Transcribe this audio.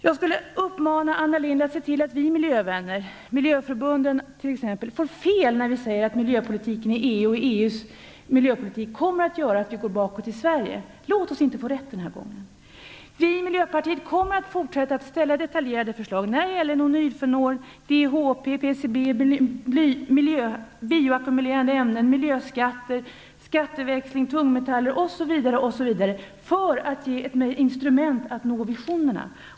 Jag vill uppmana Anna Lindh att se till att vi miljövänner, t.ex. miljöförbunden, får fel när vi säger att EU:s miljöpolitik kommer att göra att vi går bakåt i Sverige. Låt oss inte få rätt den här gången! Vi i Miljöpartiet kommer att fortsätta att lägga fram detaljerade förslag när det gäller nonylfenol, DEHP, PCB, bioackumulerande ämnen, miljöskatter, skatteväxling, tungmetaller osv. för att ge ett instrument att nå visionerna.